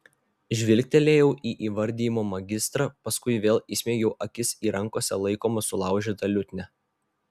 žvilgtelėjau į įvardijimo magistrą paskui vėl įsmeigiau akis į rankose laikomą sulaužytą liutnią